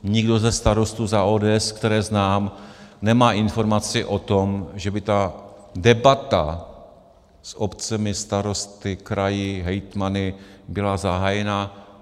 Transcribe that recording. Nikdo ze starostů za ODS, které znám, nemá informaci o tom, že by debata s obcemi, starosty, kraji, hejtmany byla zahájena.